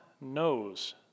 knows